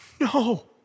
No